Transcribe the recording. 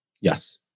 Yes